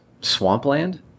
swampland